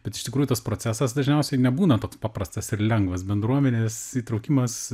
bet iš tikrųjų tas procesas dažniausiai nebūna toks paprastas ir lengvas bendruomenės įtraukimas